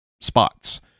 spots